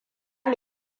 mu